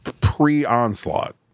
pre-onslaught